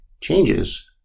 changes